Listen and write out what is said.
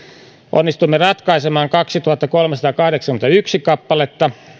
onnistuimme ratkaisemaan kaksituhattakolmesataakahdeksankymmentäyksi kappaletta